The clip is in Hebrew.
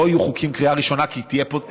לא יהיו חוקים בקריאה ראשונה, כי תהיה פה,